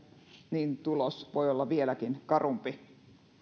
niin tulos voi olla vieläkin karumpi